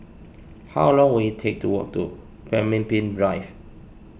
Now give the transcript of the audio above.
how long will it take to walk to Pemimpin Drive